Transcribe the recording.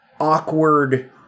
awkward